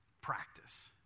Practice